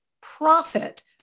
profit